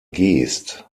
geest